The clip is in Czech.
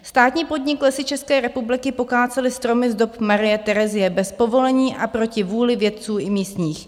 Státní podnik Lesy České republiky pokácel stromy z dob Marie Terezie bez povolení a proti vůli vědců i místních.